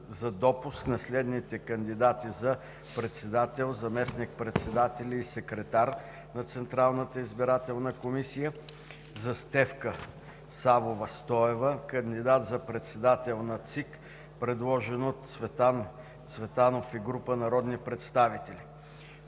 за допуск на следните кандидати за председател, заместник председатели и секретар на Централната избирателна комисия: Стефка Савова Стоева – кандидат за председател на ЦИК, предложена от народния представител